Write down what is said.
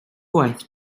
gwaith